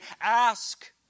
Ask